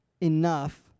enough